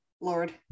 Lord